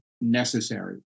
necessary